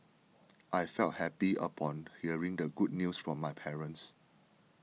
I felt happy upon hearing the good news from my parents